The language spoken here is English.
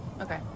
okay